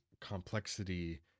complexity